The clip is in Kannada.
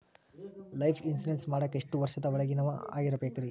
ಲೈಫ್ ಇನ್ಶೂರೆನ್ಸ್ ಮಾಡಾಕ ಎಷ್ಟು ವರ್ಷದ ಒಳಗಿನವರಾಗಿರಬೇಕ್ರಿ?